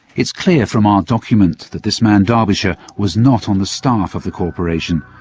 is clear from our documents that this man derbyshire was not on the staff of the corporation.